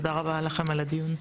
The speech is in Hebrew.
תודה רבה לכם על הדיון.